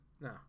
No